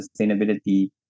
sustainability